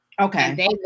Okay